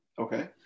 Okay